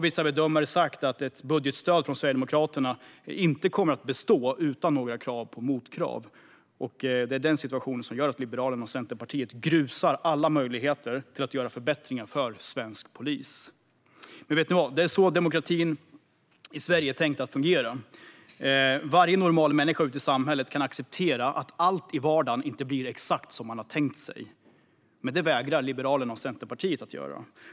Vissa bedömare har dock sagt att ett budgetstöd från Sverigedemokraterna inte kommer att bestå utan några motkrav, och det är den situationen som gör att Liberalerna och Centerpartiet grusar alla möjligheter att göra förbättringar för svensk polis. Men vet ni vad? Det är så demokratin i Sverige är tänkt att fungera. Varje normal människa ute i samhället kan acceptera att allt i vardagen inte blir exakt som man har tänkt sig, men det vägrar Liberalerna och Centerpartiet att göra.